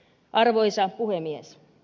arvoisa puhemies